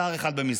שר אחד במשרד.